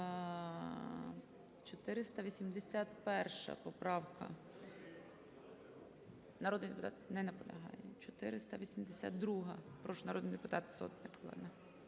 Народний депутат не наполягає.